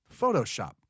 Photoshop